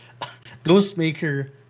Ghostmaker